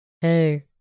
Hey